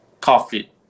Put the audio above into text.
coffee